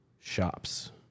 Shops